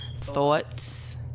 thoughts